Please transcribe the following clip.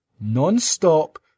non-stop